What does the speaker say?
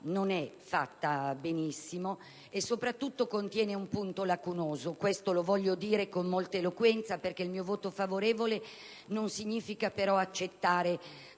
non è fatta benissimo - e, soprattutto, contiene un punto lacunoso che voglio evidenziare con molta eloquenza, perché il mio voto favorevole non significa accettare